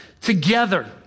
together